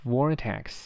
，Vortex